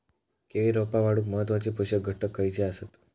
केळी रोपा वाढूक महत्वाचे पोषक घटक खयचे आसत?